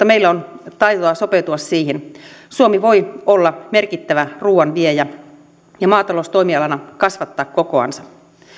meillä on taitoa sopeutua siihen suomi voi olla merkittävä ruuan viejä ja maatalous toimialana kasvattaa kokoansa